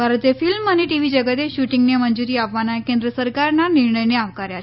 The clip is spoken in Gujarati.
ભારતીય ફિલ્મ અને ટીવી જગતે શુટિંગને મંજૂરી આપવના કેન્દ્ર સરકારના નિર્ણયને આવકાર્યો છે